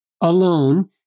alone